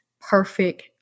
perfect